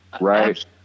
Right